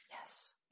Yes